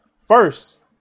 First